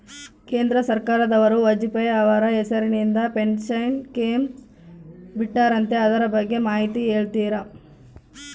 ಕೇಂದ್ರ ಸರ್ಕಾರದವರು ವಾಜಪೇಯಿ ಅವರ ಹೆಸರಿಂದ ಪೆನ್ಶನ್ ಸ್ಕೇಮ್ ಬಿಟ್ಟಾರಂತೆ ಅದರ ಬಗ್ಗೆ ಮಾಹಿತಿ ಹೇಳ್ತೇರಾ?